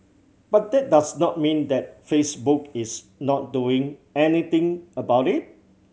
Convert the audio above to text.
but that does not mean that Facebook is not doing anything about it